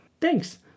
Thanks